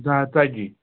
زٕ ہتھ ژتجی